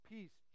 Peace